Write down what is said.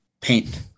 paint